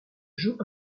joue